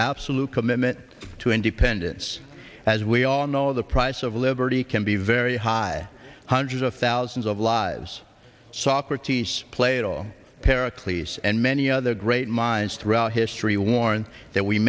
absolute commitment to independence as we all know the price of liberty can be very high hundreds or thousands of lives socrates plato para cleese and many other great minds throughout history warn that we